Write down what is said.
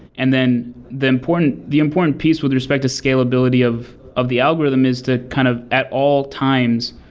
and then the important the important piece with respect to scalability of of the algorithm is to kind of, at all times,